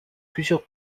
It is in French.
plusieurs